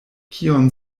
kion